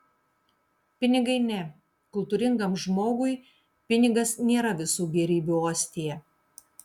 pinigai ne kultūringam žmogui pinigas nėra visų gėrybių ostija